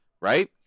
right